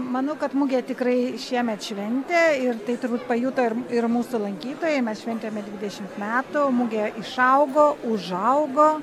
manau kad mugė tikrai šiemet šventė ir tai turbūt pajuto ir ir mūsų lankytojai mes šventėme dvidešimt metų mugė išaugo užaugo